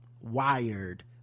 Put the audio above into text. wired